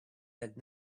had